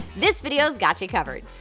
this video's got you covered.